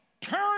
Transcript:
Turn